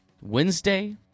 Wednesday